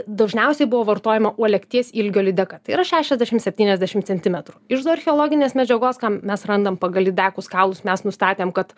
dažniausiai buvo vartojama uolekties ilgio lydeka tai yra šešiasdešim septyniasdešim centimetrų iš zooarcheologinės medžiagos ką mes randam pagal lydekų kaulus mes nustatėm kad